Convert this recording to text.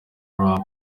rap